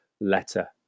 letter